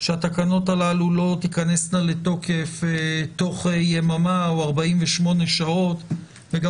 שהתקנות הללו לא תיכנסנה לתוקף תוך יממה או 48 שעות וגם